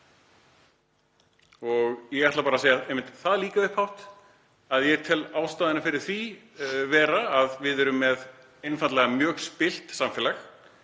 Ég ætla að segja það líka upphátt að ég tel ástæðuna fyrir því vera að við erum með einfaldlega mjög spillt samfélag